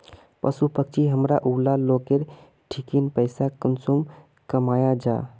पशु पक्षी हमरा ऊला लोकेर ठिकिन पैसा कुंसम कमाया जा?